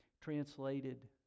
translated